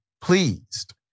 pleased